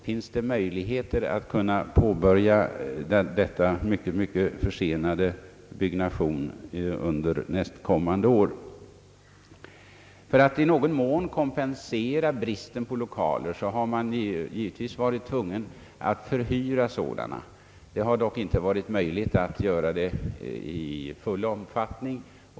Finns det möjligheter att kunna påbörja denna mycket försenade byggnation under nästkommande år? För att i någon mån kompensera bristen på lokaler har man givetvis varit tvungen att förhyra sådana. Man har dock inte kunnat göra detta i full omfattning.